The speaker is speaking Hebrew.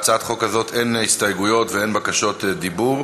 להצעת החוק הזאת אין הסתייגויות ואין בקשות דיבור.